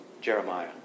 Jeremiah